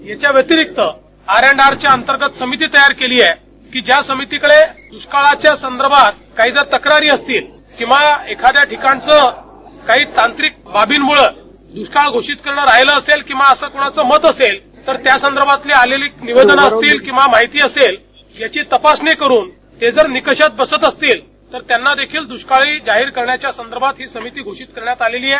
याच्या व्यतिरिक्त आरएनआरच्या अंतर्गत समिती तयार केलेली आहे की ज्या समितीकडे दुष्काळाच्या संदर्भात काही जर तक्रारी असतील किंवा एखाद्या ठिकाणचं काही तांत्रिक बाबींमुळं दुष्काळ घोषित करणं राहिलं असेल किंवा असं कुणाचं मत असेल तर त्यासंदर्भातली आलेली निवेदनं असतील किंवा माहिती असेल ज्याची तपासणी करून ते जर निकषात बसत असतील तर त्यांना देखिल दृष्काळी जाहीर करण्याच्या संदर्भात ही समिती घोषित करण्यात आली आहे